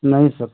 नहीं सर